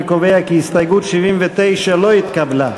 אני קובע כי הסתייגות 79 לא התקבלה.